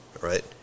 Right